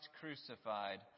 crucified